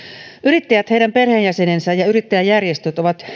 yrittäjät heidän perheenjäsenensä ja yrittäjäjärjestöt ovat